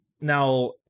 Now